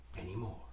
anymore